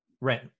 Rent